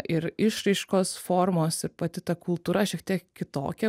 ir išraiškos formos ir pati ta kultūra šiek tiek kitokia